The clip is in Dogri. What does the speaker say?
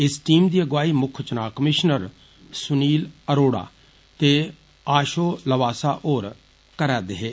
इस टीम दी अगुवाई मुक्ख चुनां कमीष्नर सुनील अरोड़ा ते आषो लवासा होर करै रदे हे